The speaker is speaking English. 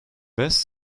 best